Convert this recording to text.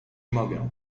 mogę